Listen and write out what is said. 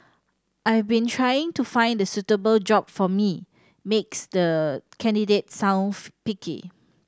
I've been trying to find the suitable job for me makes the candidate sound picky